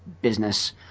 business